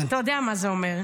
אתה יודע מה זה אומר.